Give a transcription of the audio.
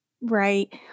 Right